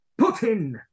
Putin